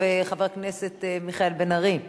חבר הכנסת מיכאל בן-ארי,